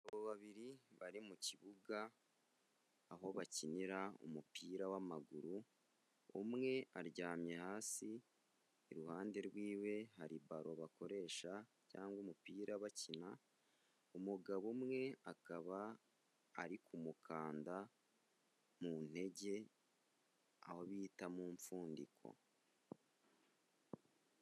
Abagabo babiri bari mu kibuga, aho bakinira umupira w'amaguru, umwe aryamye hasi, iruhande rwiwe hari baro bakoresha cyangwa umupira bakina, umugabo umwe akaba ari kumukanda mu ntege, aho bita mu mpfundiko.